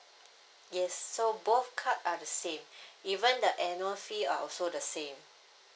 yes so both card are the same even the annual fee are also the same